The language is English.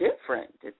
different